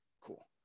Cool